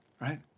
right